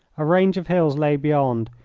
a range of hills lay beyond,